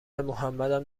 محمدم